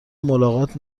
ملاقات